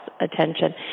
attention